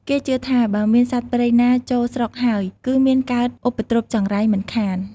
គេជឿថា បើមានសត្វព្រៃណាចូលស្រុកហើយ គឺមានកើតឧបទ្រុព្យចង្រៃមិនខាន។